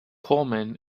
colman